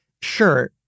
sure